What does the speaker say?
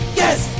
yes